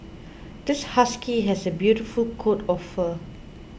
this husky has a beautiful coat of fur